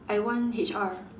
I want H_R